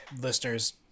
Listeners